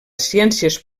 ciències